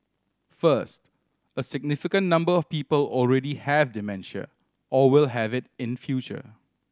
first a significant number of people already have dementia or will have it in future